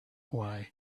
why